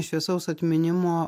šviesaus atminimo